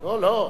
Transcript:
לא, לא.